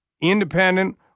independent